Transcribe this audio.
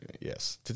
Yes